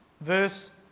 Verse